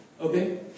Okay